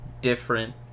different